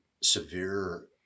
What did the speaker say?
severe